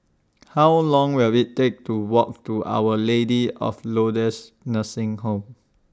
How Long Will IT Take to Walk to Our Lady of Lourdes Nursing Home